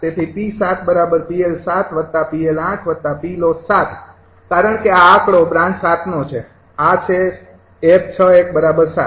તેથી 𝑓𝑗𝑗 𝑙𝑓૬૧૭ તેથી કારણ કે આ આંકડો બ્રાન્ચ ૭ નો છે આ છે 𝑓૬૧૭